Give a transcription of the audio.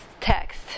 text